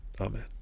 Amen